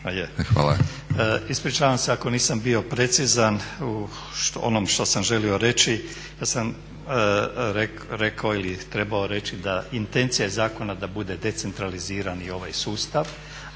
(HDZ)** Ispričavam se ako nisam bio precizan u onom što sam želio reći, ja sam rekao ili trebao reći da intencija je zakona da bude decentraliziran i ovaj sustav